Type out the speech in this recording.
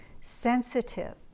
sensitive